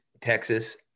Texas